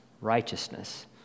righteousness